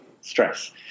stress